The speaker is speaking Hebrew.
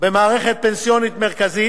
במערכת פנסיונית מרכזית.